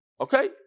Okay